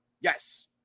Yes